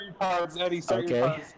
Okay